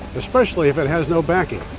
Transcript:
especially if it has no backing.